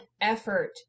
effort